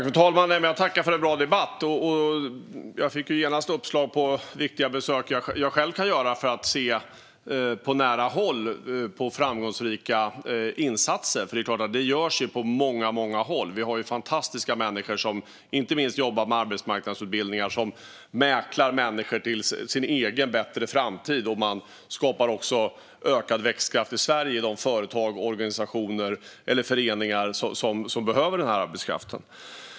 Fru talman! Jag tackar för en bra debatt. Jag fick genast uppslag om viktiga besök som jag själv kan göra för att på nära håll se framgångsrika insatser. Det är klart att det görs på många håll. Vi har ju fantastiska människor, inte minst de som jobbar med arbetsmarknadsutbildningar, som mäklar människor till deras egen bättre framtid. Man skapar också ökad växtkraft i Sverige i de företag, organisationer eller föreningar som behöver den här arbetskraften.